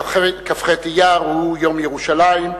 כ"ח באייר הוא יום ירושלים,